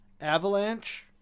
avalanche